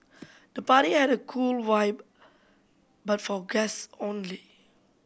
the party had a cool vibe but for guests only